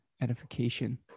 edification